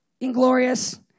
Inglorious